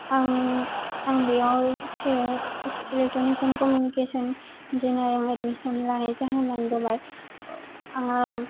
आं आं बेयाव से electronics and communication general admission लानायनि जाहोनानो जाबाय आङो